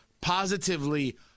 positively